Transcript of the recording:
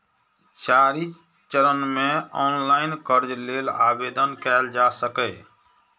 चारि चरण मे ऑनलाइन कर्ज लेल आवेदन कैल जा सकैए